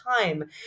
time